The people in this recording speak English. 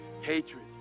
hatred